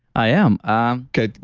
i am um okay,